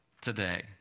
today